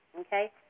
Okay